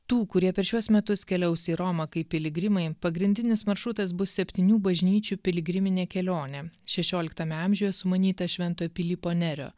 tų kurie per šiuos metus keliaus į romą kaip piligrimai pagrindinis maršrutas bus septynių bažnyčių piligriminė kelionė šešioliktame amžiuje sumanyta švento pilypo nerio